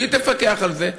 שהיא תפקח על זה,